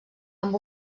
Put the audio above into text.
amb